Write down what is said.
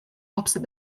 opposite